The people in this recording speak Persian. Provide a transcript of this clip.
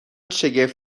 شگفت